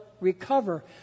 recover